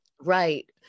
Right